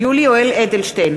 יולי יואל אדלשטיין,